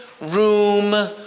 room